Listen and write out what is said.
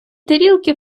тарілки